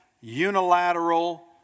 unilateral